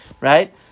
Right